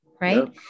right